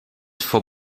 for